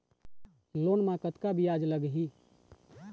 Loan म कतका ब्याज लगही?